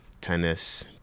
tennis